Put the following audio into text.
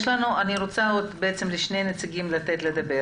אני רוצה לתת לשני נציגים נוספים לדבר